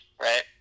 right